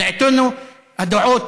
דעותינו, הדעות